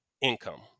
income